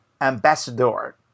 Ambassador